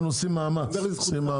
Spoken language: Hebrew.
אנחנו עושים מאמץ.